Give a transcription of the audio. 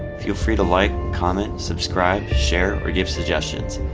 feel free to like, comment, subscribe, share, or give suggestions.